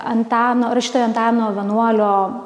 antano rašytojo antano vienuolio